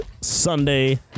Sunday